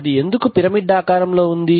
అది ఎందుకు పిరమిడ్ ఆకారంలో ఉంది